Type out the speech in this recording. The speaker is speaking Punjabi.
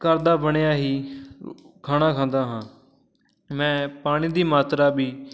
ਘਰ ਦਾ ਬਣਿਆ ਹੀ ਖਾਣਾ ਖਾਂਦਾ ਹਾਂ ਮੈਂ ਪਾਣੀ ਦੀ ਮਾਤਰਾ ਵੀ